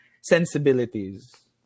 sensibilities